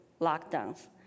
lockdowns